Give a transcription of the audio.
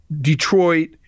Detroit